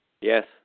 Yes